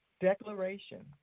declaration